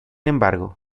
embargo